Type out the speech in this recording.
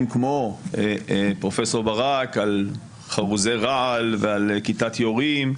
כמו פרופ' ברק על חרוזי רעל ועל כיתת יורים,